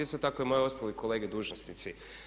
Isto tako i moji ostali kolege dužnosnici.